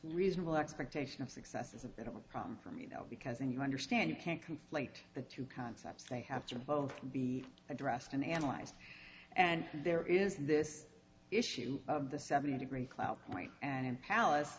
reasonable expectation of success is a bit of a problem for me because when you understand you can't conflate the two concepts they have to both be addressed and analyzed and there is this issue of the seventy degree cloud and palace